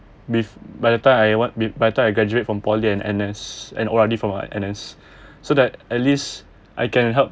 with by the time I won't by the time I graduate from poly and N_S and O_R_D from N_S so that at least I can help